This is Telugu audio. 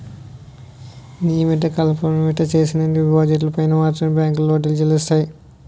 నియమిత కాలపరిమితికి చేసినటువంటి డిపాజిట్లు పైన మాత్రమే బ్యాంకులో వడ్డీలు చెల్లిస్తాయి